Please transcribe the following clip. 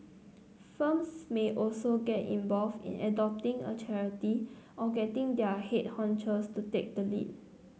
firms may also get involved in adopting a charity or getting their head honchos to take the lead